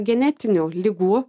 genetinių ligų